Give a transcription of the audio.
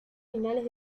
finales